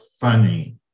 funny